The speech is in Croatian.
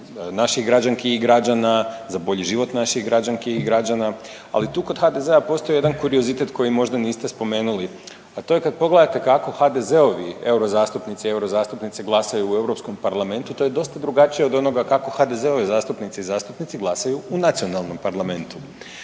naših građanki i građana, za bolji život naših građanki i građana. Ali tu kod HDZ-a postoji jedan kuriozitet koji možda niste spomenuli, a to je kada pogledate kako HDZ-ovi euro zastupnici i euro zastupnice glasaju u Europskom parlamentu to je dosta drugačije od onoga kako HDZ-ove zastupnice i zastupnici glasaju u nacionalnom parlamentu.